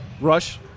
Rush